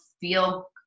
feel